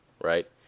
right